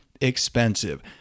expensive